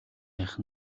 байх